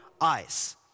eyes